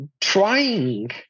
trying